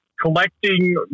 collecting